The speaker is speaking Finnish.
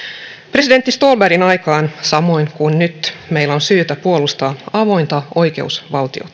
presidentti ståhlbergin aikaan oli samoin kuin on nyt meidän syytä puolustaa avointa oikeusvaltiota suomi on maa joka